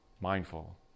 mindful